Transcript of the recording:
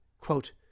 Quote